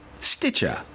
Stitcher